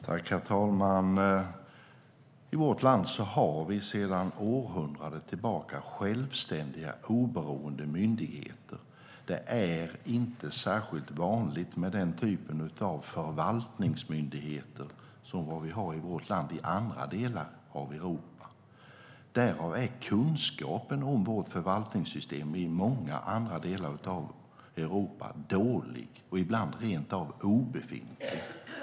Herr talman! I vårt land har vi sedan århundraden tillbaka självständiga, oberoende myndigheter. Det är inte särskilt vanligt med den typen av förvaltningsmyndigheter som vi har här i andra delar av Europa. Därav är kunskapen om vårt förvaltningssystem i många andra delar av Europa dålig och ibland rent av obefintlig.